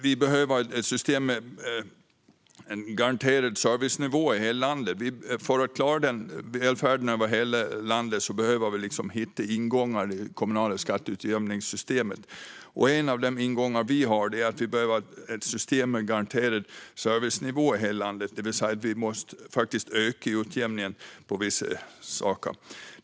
Vi behöver ett system med en garanterad servicenivå i hela landet. För att klara välfärden överallt behöver vi hitta ingångar i det kommunala skatteutjämningssystemet. Den första ingång som vi har är att vi behöver ett system med garanterad servicenivå i hela landet, det vill säga att vi måste öka utjämningen när det gäller vissa saker.